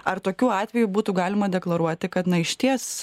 ar tokiu atveju būtų galima deklaruoti kad na išties